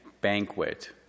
banquet